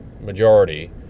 majority